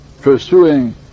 pursuing